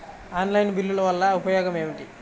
Online బిల్లుల వల్ల ఉపయోగమేమిటీ?